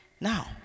Now